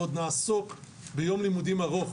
ועוד נעסוק ביום לימודים ארוך,